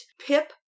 pip